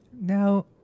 Now